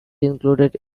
included